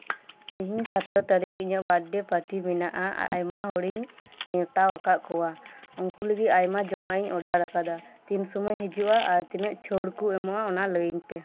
ᱛᱤᱦᱤᱧ ᱢᱟᱹᱦᱤᱛ ᱜᱮᱞ ᱮᱭᱟᱭ ᱤᱧᱟᱹᱜ ᱡᱟᱱᱟᱢ ᱢᱟᱦᱟ ᱯᱟᱨᱴᱤ ᱢᱮᱱᱟᱜᱼᱟ ᱟᱨ ᱟᱭᱢᱟ ᱦᱚᱲᱤᱧ ᱱᱮᱣᱛᱟᱣᱟᱠᱟᱫ ᱠᱩᱣᱟ ᱩᱱᱠᱩ ᱞᱟᱹᱜᱤᱫ ᱟᱭᱢᱟ ᱡᱚᱢᱟᱜ ᱤᱧ ᱚᱰᱟᱨᱟᱠᱟᱫᱟ ᱛᱤᱱ ᱥᱩᱱᱚᱭ ᱦᱟᱹᱡᱩᱜᱼᱟ ᱟᱨ ᱛᱤᱱᱟᱹᱜ ᱪᱷᱟᱹᱲ ᱠᱩ ᱮᱢᱚᱜᱼᱟ ᱚᱱᱟ ᱞᱟᱹᱭᱟᱹᱧ ᱯᱮ